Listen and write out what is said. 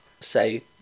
say